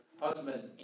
husband